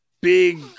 big